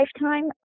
lifetime